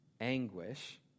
anguish